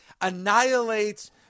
annihilates